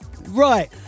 Right